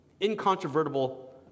Incontrovertible